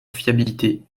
fiabilité